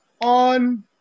on